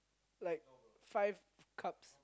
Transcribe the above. like five cups